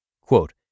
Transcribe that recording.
Quote